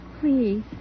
Please